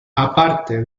aparte